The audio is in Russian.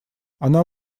она